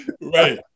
right